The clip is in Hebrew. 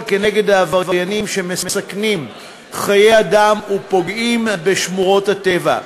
כנגד העבריינים שמסכנים חיי אדם ופוגעים בשמורות הטבע.